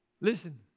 Listen